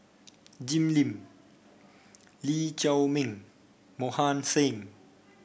Jim Lim Lee Chiaw Meng Mohan Singh